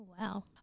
Wow